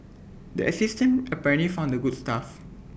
the assistant apparently found the good stuff